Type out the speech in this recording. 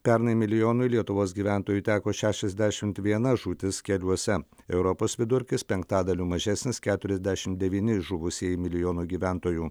pernai milijonui lietuvos gyventojų teko šešiasdešimt viena žūtis keliuose europos vidurkis penktadaliu mažesnis keturiasdešim devyni žuvusieji milijonui gyventojų